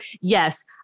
yes